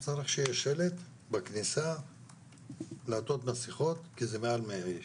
צריך שיהיה שלט בכניסה לעטות מסכות כי זה מעל 100 איש.